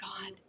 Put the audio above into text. god